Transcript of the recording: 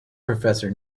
professor